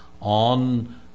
on